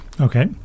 Okay